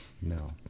no